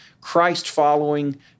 Christ-following